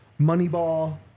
Moneyball